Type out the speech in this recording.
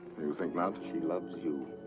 you think not? she loves you.